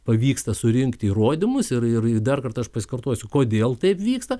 pavyksta surinkti įrodymus ir ir dar kartą aš pasikartosiu kodėl taip vyksta